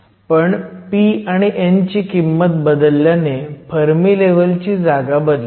पण p आणि n ची किंमत बदलल्याने फर्मी लेव्हलची जागा बदलेल